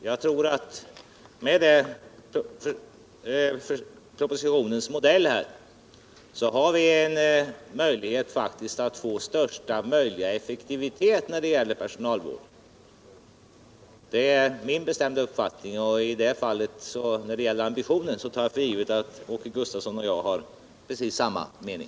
Jag tror att med propositionens modell har vi en möjlighet att få största möjliga effektivitet när det gäller personalvård. Det är min bestämda uppfattning, och i det fallet, när det gäller ambitionen, tar jag för givet att Åke Gustavsson och jag har precis samma mening.